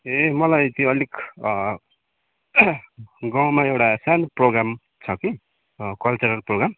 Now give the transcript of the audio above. ए मलाई त्यो अलिक गाउँमा एउटा सानो प्रोग्राम छ कि कल्चरल प्रोग्राम